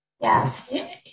Yes